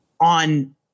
on